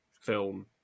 film